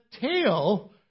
tail